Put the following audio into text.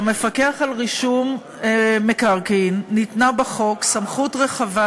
למפקח על רישום מקרקעין ניתנה בחוק סמכות רחבה